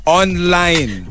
online